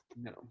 No